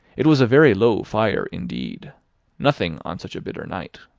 it was a very low fire indeed nothing on such a bitter night.